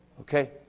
Okay